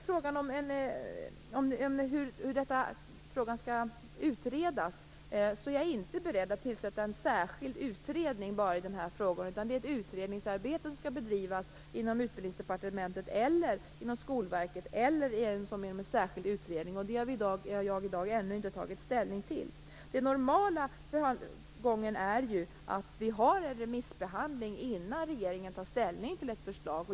Jag är inte beredd att tillsätta en särskild utredning i denna fråga. Utredningsarbetet skall bedrivas inom Utbildningsdepartementet eller Skolverket eller som en särskild utredning. Det har jag i dag inte tagit ställning till. Den normala gången är att det sker en remissbehandling innan regeringen tar ställning till ett förslag.